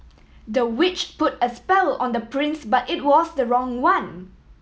the witch put a spell on the prince but it was the wrong one